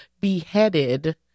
beheaded